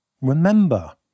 Remember